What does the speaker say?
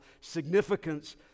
significance